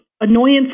annoyance